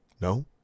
No